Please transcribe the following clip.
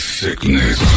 sickness